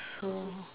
so